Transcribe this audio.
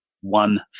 One